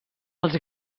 els